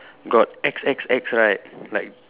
got X X X right like